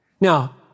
Now